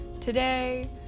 Today